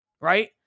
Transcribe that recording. Right